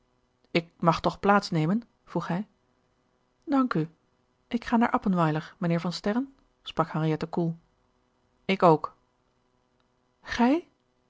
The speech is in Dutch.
ik mag toch plaats nemen vroeg hij dank u ik ga naar appenweiler mijnheer van sterren sprak henriette koel ik ook gij